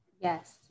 Yes